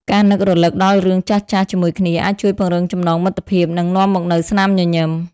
ការនឹករលឹកដល់រឿងចាស់ៗជាមួយគ្នា អាចជួយពង្រឹងចំណងមិត្តភាព និងនាំមកនូវស្នាមញញឹម។